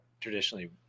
traditionally